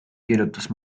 kirjutas